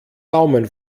daumen